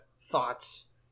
thoughts